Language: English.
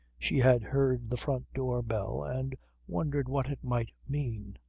she had heard the front door bell and wondered what it might mean.